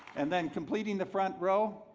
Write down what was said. and then completing the front row,